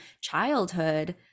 childhood